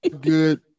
good